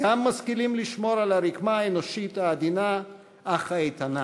גם משכילים לשמור על הרקמה האנושית העדינה אך האיתנה.